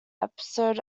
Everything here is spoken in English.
episode